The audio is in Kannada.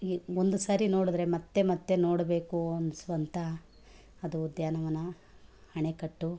ಇ ಒಂದು ಸಾರಿ ನೋಡಿದರೆ ಮತ್ತೆ ಮತ್ತೆ ನೋಡಬೇಕು ಅನ್ನಿಸುವಂಥ ಅದು ಉದ್ಯಾನವನ ಅಣೆಕಟ್ಟು